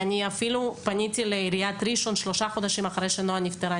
ואני אפילו פניתי לעיריית ראשון שלושה חודשים אחרי שנועה נפטרה.